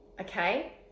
Okay